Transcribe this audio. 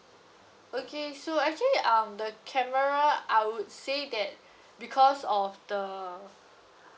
okay so actually um the camera I would say that because of the